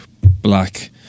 black